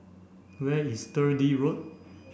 where is Sturdee Road